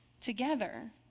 together